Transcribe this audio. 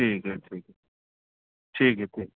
ٹھیک ہے ٹھیک ہے ٹھیک ہے ٹھیک